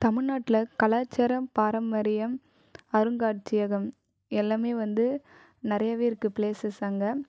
தமிழ் நாட்டில் கலாச்சாரம் பாரம்பரியம் அரும்காட்சியகம் எல்லாமே வந்து நிறையவே இருக்குது ப்ளேசஸ் அங்கே